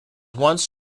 once